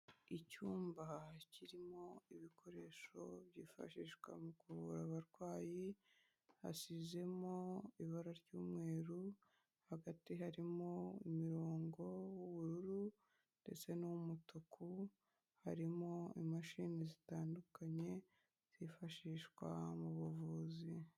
Icyumba kirimo ibikoresho byifashishwa mu kuvura abarwayi, hasizemo ibara ry'umweru, hagati harimo umurongo w'ubururu ndetse n'uw'umutuku, harimo imashini zitandukanye zifashishwa mu buvuzi.